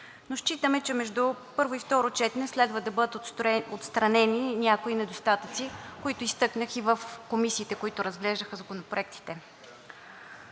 Считаме, че между първо и второ четене следва да бъдат отстранени някои недостатъци, които изтъкнах и в комисиите, които разглеждаха законопроектите.